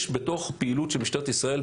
יש בתוך פעילות של משטרת ישראל,